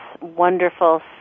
wonderful